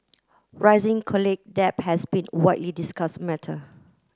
rising college debt has been widely discuss matter